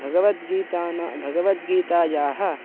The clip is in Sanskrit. भगवद्गीतायाः भगवद्गीतायाः